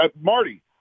Marty